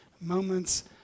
moments